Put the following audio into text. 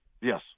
Yes